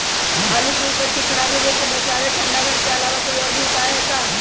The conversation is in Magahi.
आलू के उपज के खराब होवे से बचाबे ठंडा घर के अलावा कोई और भी उपाय है का?